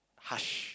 hush